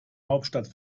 hauptstadt